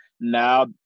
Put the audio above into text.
now